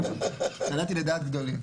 קלעתי לדעת גדולים.